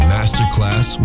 Masterclass